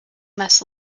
must